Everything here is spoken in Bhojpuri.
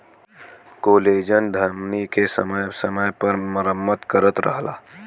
कोलेजन धमनी के समय समय पर मरम्मत करत रहला